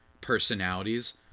personalities